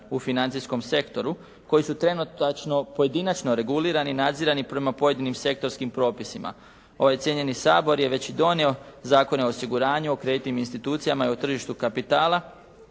u financijskom sektoru koji su trenutačno pojedinačni regulirani i nadzirani prema pojedinim sektorskim propisima. Ovaj cijenjeni Sabor je već i donio Zakone o osiguranju, o kreditnim institucijama i o tržištu kapitala